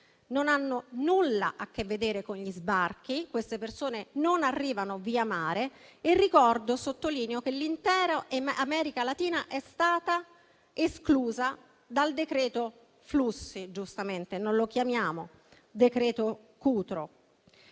non hanno nulla a che vedere con gli sbarchi: le persone non arrivano via mare. Ricordo - e lo sottolineo - che l'intera America Latina è stata esclusa dal decreto flussi, che giustamente non chiamiamo decreto Cutro.